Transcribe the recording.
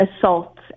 assault